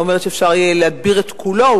אני לא אומרת שאפשר יהיה להדביר את כולו,